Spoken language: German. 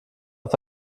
auf